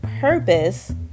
purpose